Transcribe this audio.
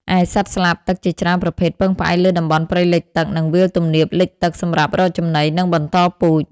ឯសត្វស្លាបទឹកជាច្រើនប្រភេទពឹងផ្អែកលើតំបន់ព្រៃលិចទឹក និងវាលទំនាបលិចទឹកសម្រាប់រកចំណី និងបន្តពូជ។